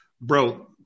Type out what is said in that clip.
Bro